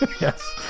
Yes